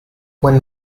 when